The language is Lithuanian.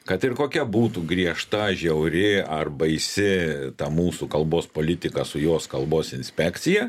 kad ir kokia būtų griežta žiauri ar baisi ta mūsų kalbos politika su jos kalbos inspekcija